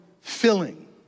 filling